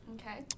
Okay